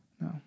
No